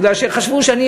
חשבו שאני,